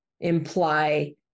imply